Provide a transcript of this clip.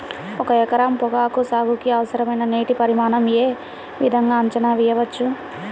ఒక ఎకరం పొగాకు సాగుకి అవసరమైన నీటి పరిమాణం యే విధంగా అంచనా వేయవచ్చు?